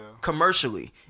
commercially